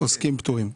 עוסקים פטורים בסך הכל.